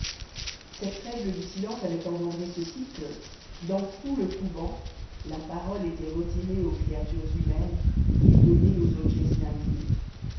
cette règle du silence avait engendré ceci que dans tout le couvent la parole était retirée aux créatures humaines et donnée aux objets inanimés